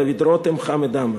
דוד רותם וחמד עמאר.